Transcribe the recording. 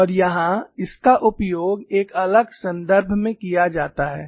और यहां इसका उपयोग एक अलग संदर्भ में किया जाता है